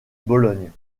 bologne